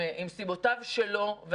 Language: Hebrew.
עם סיבותיו שלו.